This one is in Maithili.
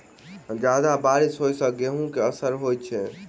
जियादा बारिश होइ सऽ गेंहूँ केँ असर होइ छै?